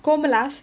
Komala's